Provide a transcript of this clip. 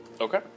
Okay